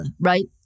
right